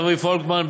חברי פולקמן,